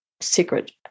secret